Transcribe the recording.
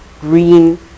green